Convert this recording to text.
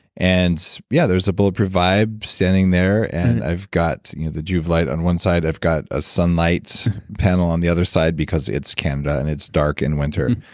and yeah, there's a bulletproof vibe standing there, and i've got you know the joovv light on one side, i've got a sunlight panel on the other side, because it's canada and it's dark in winter.